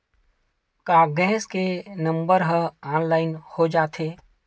का गैस के नंबर ह ऑनलाइन हो जाथे?